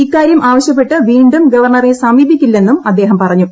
ഇക്കാര്യം ആവശ്യപ്പെട്ട് വീണ്ടും ഗവർണറെ സമീപിക്കില്ലെന്നും അദ്ദേഹം പറഞ്ഞു